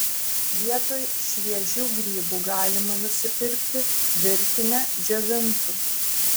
vietoj šviežių grybų galima nusipirkti virtinę džiovintų